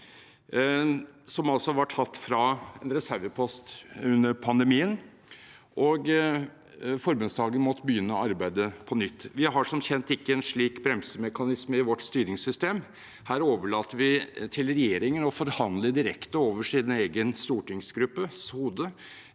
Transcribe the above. var tatt fra en reservepost under pandemien, og forbundsdagen måtte begynne arbeidet på nytt. Vi har som kjent ikke en slik bremsemekanisme i vårt styringssystem. Her overlater vi til regjeringen å forhandle, over sin egen stortingsgruppes hode,